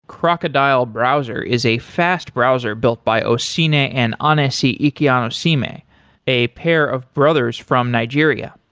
crocodile browser is a fast browser built by osine and anesi ikhianosime, a a pair of brothers from nigeria.